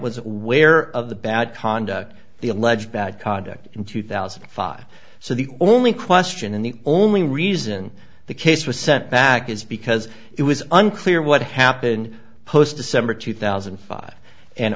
was aware of the bad conduct the alleged bad conduct in two thousand and five so the only question and the only reason the case was sent back is because it was unclear what happened post december two thousand and five and